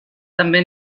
també